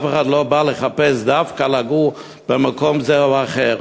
אף אחד לא בא לחפש דווקא לגור במקום זה או אחר.